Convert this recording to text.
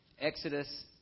Exodus